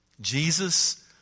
Jesus